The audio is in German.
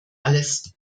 alles